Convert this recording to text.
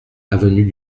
avenue